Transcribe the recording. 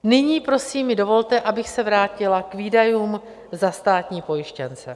Nyní, prosím, mi dovolte, abych se vrátila k výdajům za státní pojištěnce.